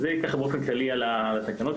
זאת הסקירה הכללית על התקנות.